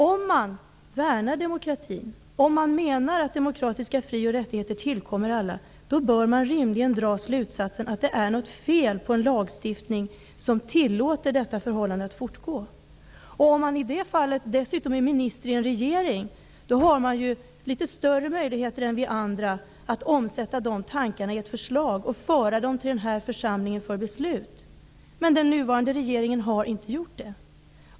Om man värnar demokratin, om man menar att demokratiska frioch rättigheter tillkommer alla, bör man rimligen dra slutsatsen att det är något fel på en lagstiftning som tillåter detta förhållande att kvarstå. Om man dessutom är minister i en regering har man större möjligheter än vi andra att omsätta de tankarna i ett förslag och föra dem till den här församlingen för beslut. Men den nuvarande regeringen har inte gjort det.